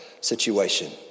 situation